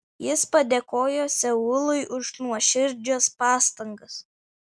jis padėkojo seului už nuoširdžias pastangas